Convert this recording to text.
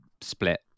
split